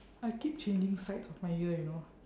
I keep changing sides of my ear you know